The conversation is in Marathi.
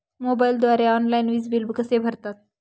मोबाईलद्वारे ऑनलाईन वीज बिल कसे भरतात?